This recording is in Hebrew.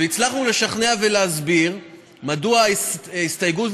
והצלחנו לשכנע ולהסביר מדוע ההסתייגות,